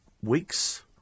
weeks